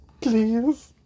Please